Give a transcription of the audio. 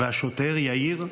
והשוטר יאיר,